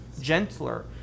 gentler